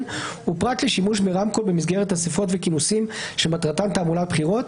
ופרט לשימוש ברמקול במסגרת אסיפות וכינוסים שמטרתן תעמולת בחירות,